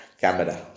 camera